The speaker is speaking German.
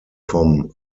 vom